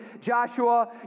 Joshua